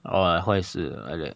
or like 坏事 like that